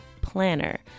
planner